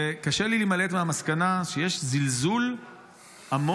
וקשה לי להימלט מהמסקנה שיש זלזול עמוק,